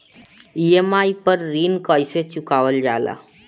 EMI पर ऋण कईसे चुकाईल जाला?